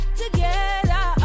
together